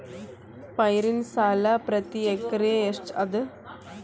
ಪೈರಿನ ಸಾಲಾ ಪ್ರತಿ ಎಕರೆಗೆ ಎಷ್ಟ ಅದ?